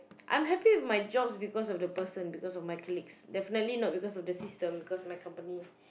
I am happy with my job because of the person because of my colleagues definitely not because of the system because my company